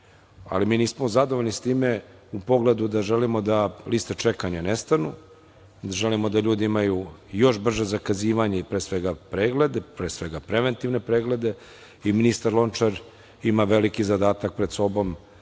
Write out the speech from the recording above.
ali mi nismo zadovoljni s time u pogledu da želimo da liste čekanja nestanu, da želimo da ljudi imaju još brže zakazivanje, pre svega pregleda, pre svega preventivnih pregleda. Ministar Lončar ima veliki zadatak pred sobom